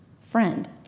friend